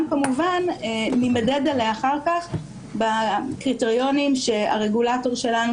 כמובן נימדד עליה אחר כך בקריטריונים שהרגולטור שלנו,